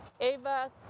Ava